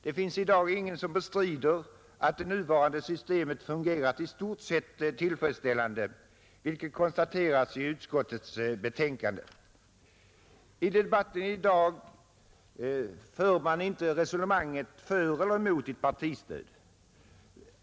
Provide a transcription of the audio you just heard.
Det finns i dag ingen som bestrider att det nuvarande systemet fungerat i stort sett tillfredsställande, vilket konstateras i utskottets betänkande. I debatten i dag för man inte resonemanget för eller mot ett partistöd.